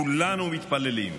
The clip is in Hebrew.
כולנו מתפללים,